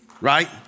Right